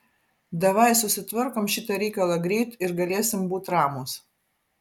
davai susitvarkom šitą reikalą greit ir galėsim būt ramūs